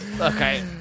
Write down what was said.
Okay